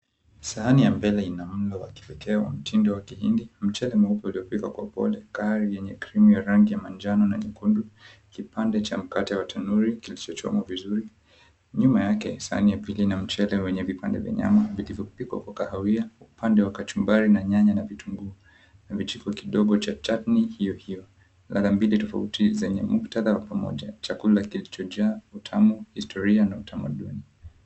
Sahani ya mbele ina muundo wa kipekee wa mtindo wa kihindi, mchele mweupe uliopikwa kwa upole, kaari yenye krimu ya rangi ya manjano na nyekundu, kipande cha mkate wa tanuri kilichochomwa vizuri. Nyuma yake sahani ya pili ina mchele wenye vipande vya nyama vilivyopikwa kwa kahawia, upande wa kachumbari na nyanya na vitunguu na vijiko kidogo cha chutney hiyohiyo, ladha mbili tofauti zenye muktadha wa pamoja, chakula kilichojaa utamu, historia na utamaduni.